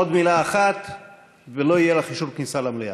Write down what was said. אפילו המצביא הדגול והמהולל, זה שלא נכנס למלחמה,